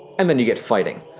and then you get fighting